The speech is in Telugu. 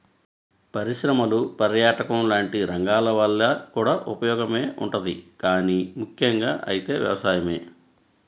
పరిశ్రమలు, పర్యాటకం లాంటి రంగాల వల్ల కూడా ఉపయోగమే ఉంటది గానీ ముక్కెంగా అయితే వ్యవసాయమే